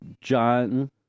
John